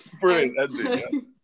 Brilliant